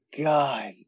God